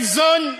לייבזון,